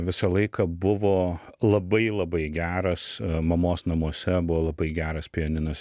visą laiką buvo labai labai geras mamos namuose buvo labai geras pianinas